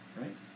right